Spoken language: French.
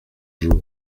jour